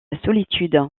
solitude